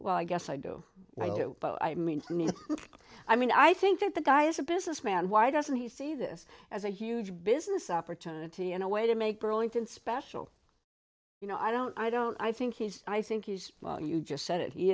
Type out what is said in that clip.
well i guess i do i do i mean i mean i think that the guy is a businessman why doesn't he see this as a huge business opportunity and a way to make burlington special you know i don't i don't i think he's i think you just you just said it he